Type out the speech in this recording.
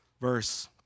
verse